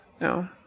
no